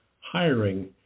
hiring